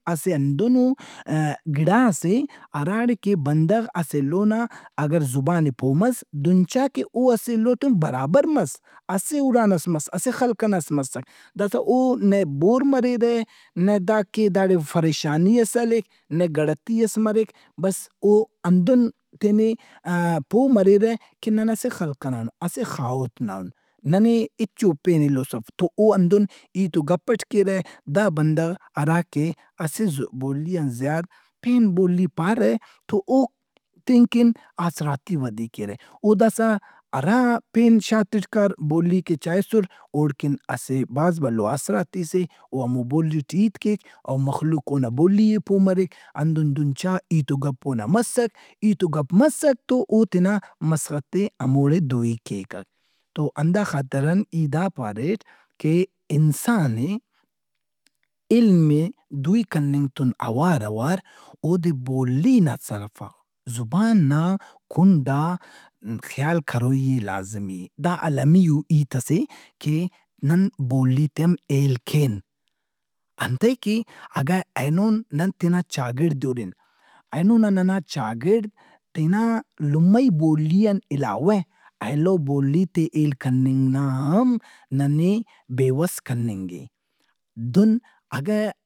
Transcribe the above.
اسہ ہندنو ا- گِڑاس اے ہراڑے کہ بندغ اسہ ایلونا اگر زبان ئے پو مس دہن چا کہ او اسہ ایلو تُن برابر مس، اسہ اُراناس مس، اسہ خلق ئناس مسک۔ داسا او نئے بور مریرہ۔ نئے داکہ داڑے فریشانی ئس سلِک، نئے گڑتی ئس مریک بس او ہندن تینے پومریرہ کہ نن اسہ خلق ئنا اُن، اسہ خاہوت نا اُن، ننے ہچو پین ایلوس اف تو او ہندن ہیت و گپ اٹ کیرہ۔ دا بندغ ہرا کہ اسہ بولی ان زیات پین بولی پارہ تو اوک تین کن آسراتی ودی کیرہ۔ او داسا ہرا پین شارتے ٹے کاربولیک ئے چائسُراوڑکن اسہ بھاز بھلو آسراتِیس اے، او ہمو بولی ٹے ہیت کیک اومخلوق اونا بولی ئے پو مریک ہندن دہن چا ہیت و گپ اونا مسّک۔ ہیت و گپ مسک تو او تینا مسخت ئے ہموڑے دوئی کیکک۔ تو ہندا خاطران ای دا پاریٹ کہ انسان ئےعلم ئے دُوئی کننگ تُن اوار اواراودے بولی نا طرف آ، زبان نا کُنڈ ا خیال کروئی اے لازمی۔ دا المیئو ہیتس اے کہ نن بولیتے ان ہیل کین۔ انتئے کہ اگہ اینونن تینا چاگڑِد ئے ہُرن اینو ننا چاگڑد تینا لمئی بولی ان علاوہ ایلو بولیت ئے ہیل کننگ نا ہم ننے بےوس کننگ اے۔ دہن اگہ